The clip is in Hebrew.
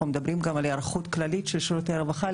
אנחנו גם מדברים על היערכות כללית של שירותי הרווחה,